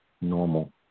normal